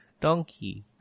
donkey